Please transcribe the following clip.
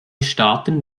staaten